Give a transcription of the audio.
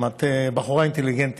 גם את בחורה אינטליגנטית,